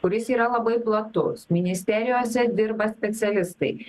kuris yra labai platus ministerijose dirba specialistai